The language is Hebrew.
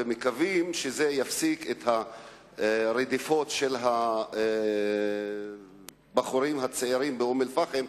ומקווים שזה יפסיק את הרדיפות של הבחורים הצעירים באום-אל-פחם,